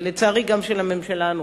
ולצערי גם של הממשלה הנוכחית,